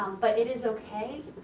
but it is okay.